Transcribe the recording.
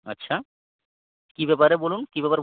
আচ্ছা কী ব্যাপারে বলুন কী ব্যাপার